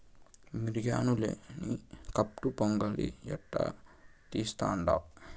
మిరియాలు లేని కట్పు పొంగలి ఎట్టా తీస్తుండావ్